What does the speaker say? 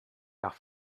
nach